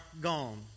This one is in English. gone